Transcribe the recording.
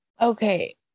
Okay